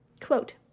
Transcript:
Quote